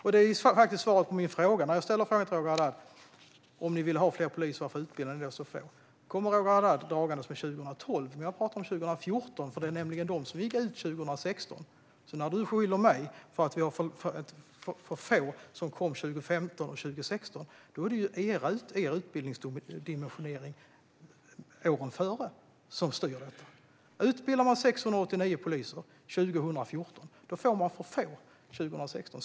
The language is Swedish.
När jag frågar Roger Haddad varför de inte utbildade fler poliser kommer Roger Haddad dragandes med 2012. Men jag talar om 2014, för det var de som gick ut 2016. Roger Haddad beskyller mig för att det var för få 2015 och 2016, men det var er utbildningsdimensionering åren före som styrde, Roger Haddad. Utbildar man 689 poliser 2014 får man för få 2016.